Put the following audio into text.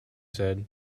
said